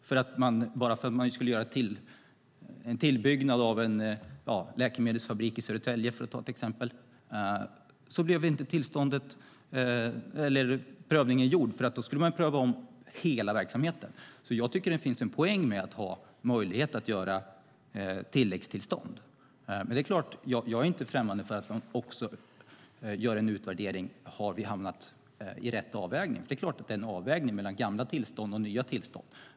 För en tillbyggnad till läkemedelsfabriken i Södertälje - för att ta ett exempel - blev det ingen prövning eftersom man då skulle ompröva hela verksamheten. Jag tycker att det finns en poäng med att ha möjlighet till tilläggstillstånd. Men jag är inte främmande för att en utvärdering görs av om vi hamnat i rätt avvägning. Det är klart att det är fråga om en avvägning mellan gamla tillstånd och nya tillstånd.